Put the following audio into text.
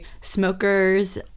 smokers